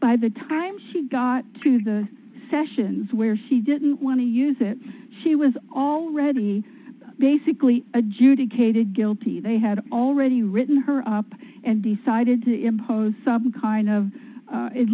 by the time she got to the sessions where she didn't want to use it she was already basically adjudicated guilty they had already written her up and decided to impose some kind of